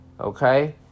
okay